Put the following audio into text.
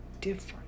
different